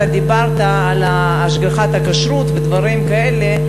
אתה דיברת על השגחת כשרות ודברים כאלה.